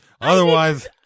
Otherwise